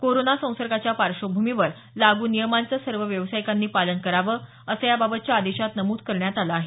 corona संसर्गाच्या पार्श्वभूमीवर लागू नियमांचं सर्व व्यावसायिकांनी पालन करावं असं याबाबतच्या आदेशात नमूद करण्यात आलं आहे